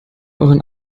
euren